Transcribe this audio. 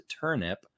turnip